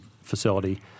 Facility